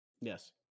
Yes